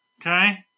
okay